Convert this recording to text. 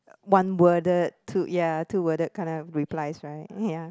one worded two ya two worded kind of replies right ya